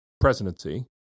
presidency